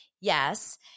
yes